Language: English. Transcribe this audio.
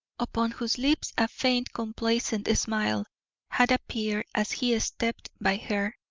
upon whose lips a faint complacent smile had appeared as he stepped by her,